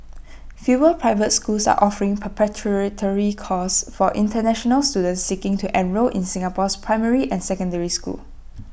fewer private schools are offering preparatory courses for International students seeking to enrol in Singapore's primary and secondary schools